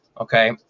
Okay